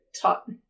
taught